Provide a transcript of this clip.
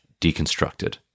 Deconstructed